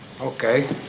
Okay